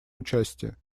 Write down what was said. участия